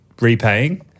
repaying